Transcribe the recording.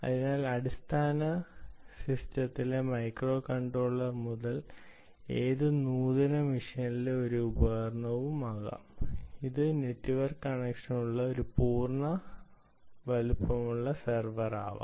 അതിനാൽ അടിസ്ഥാന സിസ്റ്റത്തിലെ മൈക്രോകൺട്രോളർ മുതൽ ഏത് നൂതന മെഷീനിലേ ഒരു ഉപകരണമാകാം ഇത് നെറ്റ്വർക്ക് കണക്ഷനുള്ള ഒരു പൂർണ്ണ വലുപ്പ സെർവറാകാം